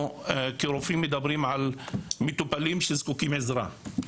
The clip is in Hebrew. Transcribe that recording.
כרופאים שמדברים על מטופלים שזקוקים לעזרה.